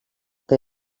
que